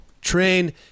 train